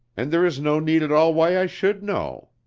and there is no need at all why i should know.